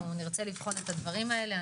נרצה לבחון את הדברים הללו.